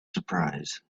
surprise